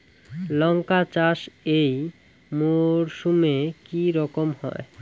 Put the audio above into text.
লঙ্কা চাষ এই মরসুমে কি রকম হয়?